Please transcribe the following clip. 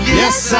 yes